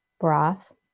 broth